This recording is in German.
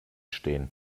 stehen